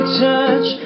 touch